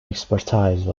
expertise